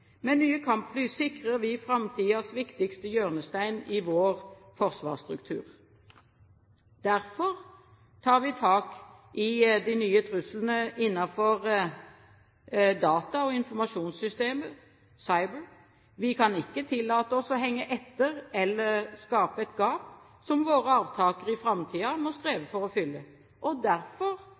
Med nye kampfly sikrer vi framtidens viktigste hjørnestein i vår forsvarsstruktur. Derfor tar vi tak i de nye truslene innenfor data- og informasjonssystemer – cyber. Vi kan ikke tillate oss å henge etter eller skape et gap som våre arvtakere i framtiden må streve for å fylle. Derfor